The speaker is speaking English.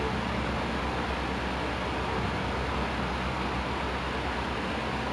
and for the sofa pillows kan like